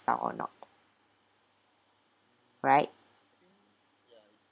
~style or not right